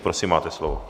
Prosím, máte slovo.